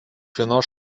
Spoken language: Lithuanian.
vienos